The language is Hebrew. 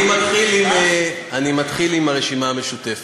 אני מתחיל עם הרשימה המשותפת.